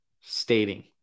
stating